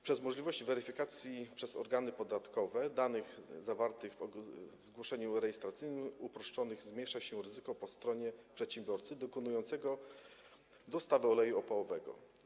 Przez możliwość weryfikacji przez organy podatkowe danych zawartych w zgłoszeniu rejestracyjnym uproszczonym zmniejsza się ryzyko po stronie przedsiębiorcy dokonującego dostawy oleju opałowego.